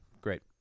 great